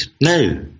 No